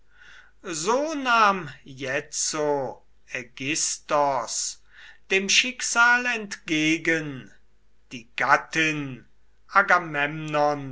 so nahm jetzo aigisthos dem schicksal entgegen die gattin